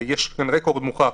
יש להן רקורד מוחלט.